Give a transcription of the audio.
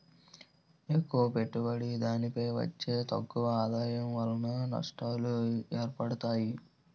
ఎక్కువ పెట్టుబడి దానిపై వచ్చే తక్కువ ఆదాయం వలన నష్టాలు ఏర్పడతాయి